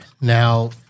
Now